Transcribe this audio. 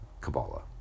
Kabbalah